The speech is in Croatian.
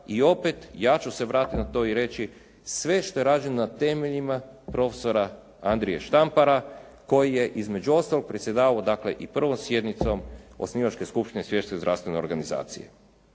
i opet ja ću se vratiti na to i reći sve što je rađeno na temeljima prof. Andrije Štampara koji je između ostalog predsjedavao dakle i prvom sjednicom osnivačke Skupštine Svjetske zdravstvene organizacije.